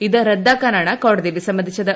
ഇത് റദ്ദാക്കാനാണ് കോടതി വിസമ്മതിച്ചത്